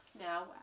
Now